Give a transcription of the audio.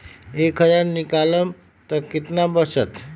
एक हज़ार निकालम त कितना वचत?